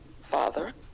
Father